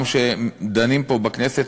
כשדנים פה בכנסת,